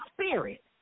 spirit